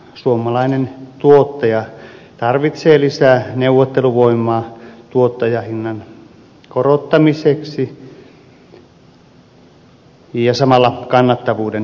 suomalainen tuottaja tarvitsee lisää neuvotteluvoimaa tuottajahinnan korottamiseksi ja samalla kannattavuuden parantamiseksi